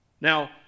Now